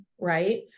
right